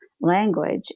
language